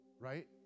Right